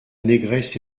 négresse